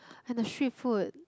and the street food